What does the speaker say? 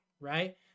right